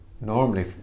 normally